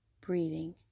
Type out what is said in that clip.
breathing